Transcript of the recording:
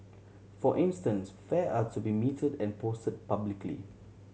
for instance fare are to be metered and posted publicly